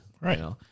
Right